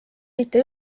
mitte